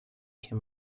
him